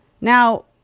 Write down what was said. Now